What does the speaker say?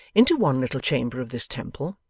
into one little chamber of this temple,